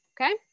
okay